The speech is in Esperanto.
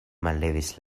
mallevis